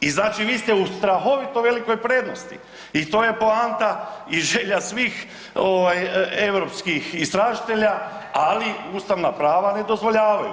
I znači vi ste u strahovito velikoj prednosti i to je poanta i želja svih ovaj europskih istražitelja, ali ustavna prava ne dozvoljavaju.